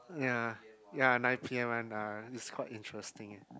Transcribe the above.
ya ya nine P_M one uh it's quite interesting